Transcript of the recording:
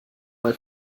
mal